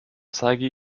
zeige